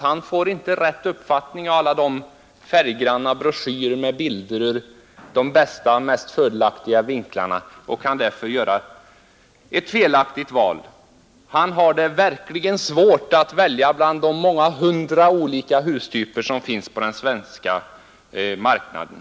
Han får inte rätt uppfattning av alla färggranna broschyrer med bilder ur de bästa och mest fördelaktiga vinklarna och kan därför göra ett felaktigt val. Han har verkligen svårt att välja bland de många hundra olika hustyper som finns på den svenska marknaden.